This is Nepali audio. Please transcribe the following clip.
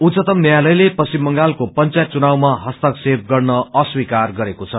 उच्चतम न्यायालयले पश्चिम बंगालको पंचायत चुनावमा हस्तक्षेप गर्न अस्वीकार गरेको छ